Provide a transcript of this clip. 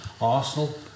Arsenal